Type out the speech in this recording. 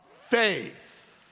faith